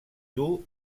dur